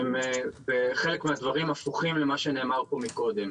שחלקם הפוכים למה שנאמר פה קודם.